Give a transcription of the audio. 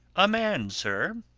a man, sir.